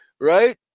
right